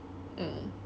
mm